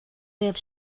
deve